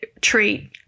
treat